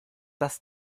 das